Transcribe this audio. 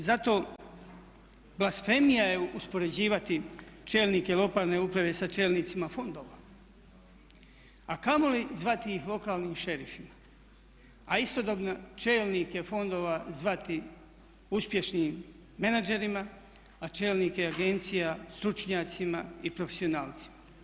I zato blasfemija je uspoređivati čelnike lokalne uprave sa čelnicima fondova a kamoli zvati ih lokalnim šerifima a istodobno čelnike fondova zvati uspješnim menadžerima a čelnike agencija stručnjacima i profesionalcima.